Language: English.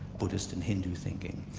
buddhist and hindu thinking.